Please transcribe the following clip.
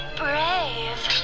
brave